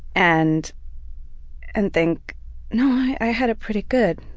and and think no, i had it pretty good.